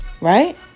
right